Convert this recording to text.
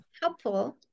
helpful